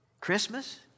Christmas